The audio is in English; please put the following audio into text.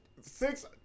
Six